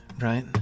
Right